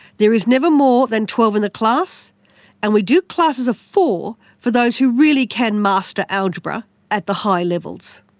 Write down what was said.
there is never more than twelve in the class and we do classes of four for those who really can master algebra at the high levels.